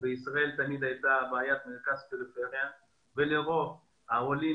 בישראל תמיד היה מרכז והייתה פריפריה ולרוב העולים,